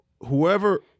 whoever